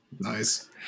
Nice